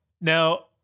Now